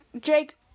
Jake